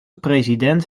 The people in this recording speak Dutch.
president